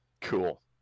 cool